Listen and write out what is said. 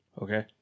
Okay